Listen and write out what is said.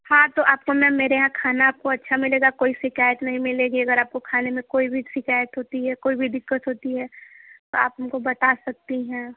हाँ तो आपको मैम मेरे यहाँ खाना आपको अच्छा मिलेगा कोई शिकायत नहीं मिलेगी अगर आपको खाने में कोई भी शिकायत होती है कोई भी दिक्कत होती है तो आप हमको बता सकती हैं